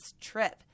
trip